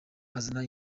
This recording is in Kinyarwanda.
azana